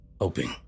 hoping